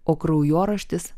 o kraujoraštis